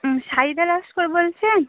হুম সারিতা লস্কর বলছেন